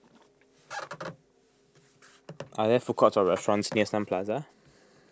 are there food courts or restaurants near Sun Plaza